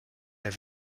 der